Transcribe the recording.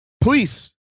police